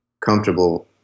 comfortable